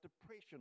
depression